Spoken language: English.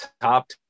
top